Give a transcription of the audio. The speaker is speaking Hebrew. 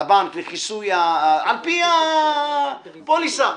לבנק, על פי הפוליסה.